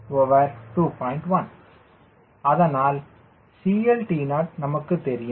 1 அதனால் CLTO நமக்குத் தெரியும்